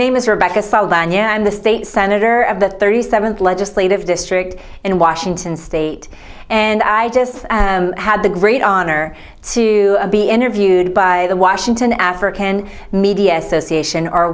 name is rebecca i'm the state senator of the thirty seventh legislative district in washington state and i just had the great honor to be interviewed by the washington african media association o